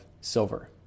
silver